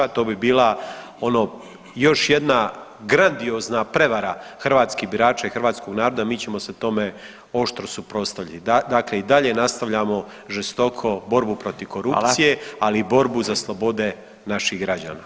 To bi bila ono još jedna grandiozna prevara hrvatskih birača i hrvatskog naroda, mi ćemo se tome oštro suprotstaviti, dakle i dalje nastavljamo žestoko borbu protiv korupcije, ali i borbu za slobode naših građana.